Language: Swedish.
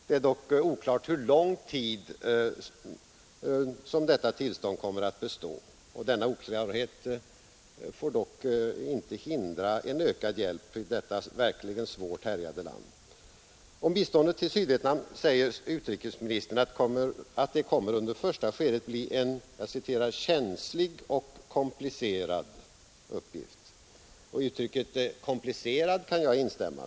Det är dock oklart om hur lång tid detta tillstånd kommer att bestå. Denna oklarhet får emellertid inte hindra en ökad hjälp till detta verkligen svårt härjade land. Om biståndet till Sydvietnam Säger utrikesministern att det under det första skedet kommer att bli en ”känslig och komplicerad” uppgift. I uttrycket ”komplicerad” kan jag instämma.